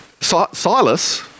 Silas